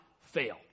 fail